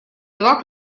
два